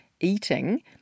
eating